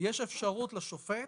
יש אפשרות לשופט,